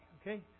okay